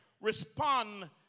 respond